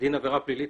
כדין עבירה פלילית